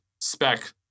spec